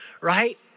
right